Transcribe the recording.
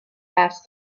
past